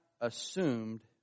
assumed